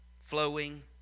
flowing